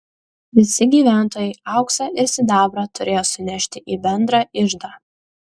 visi gyventojai auksą ir sidabrą turėjo sunešti į bendrą iždą